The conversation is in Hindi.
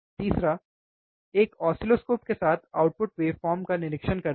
तीसरा एक ऑसिलोस्कोप के साथ आउटपुट वेवफ़ोर्म का निरीक्षण करते हैं